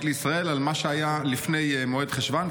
לישראל על מה שהיה לפני מועד חשוון,